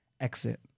exit